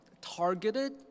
targeted